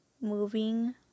moving